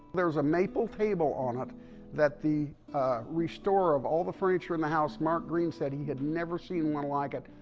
there's a maple table on it that the restorer of all the furniture in the house, mark green said he had never seen anything like it.